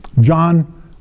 John